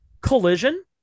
Collision